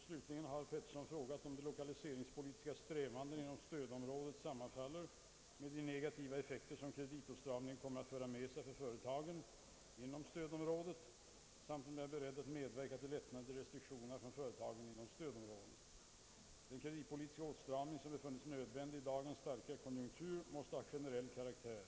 Slutligen har herr Pettersson frågat om de lokaliseringspolitiska strävandena inom stödområdet sammanfaller med de negativa effekter som kreditåtstramningen kommer att föra med sig för företagen inom stödområdet samt om jag är beredd att medverka till lättnader i restriktionerna för företagen inom stödområdet. Den kreditpolitiska åtstramning som befunnits nödvändig i dagens starka högkonjunktur måste ha generell karaktär.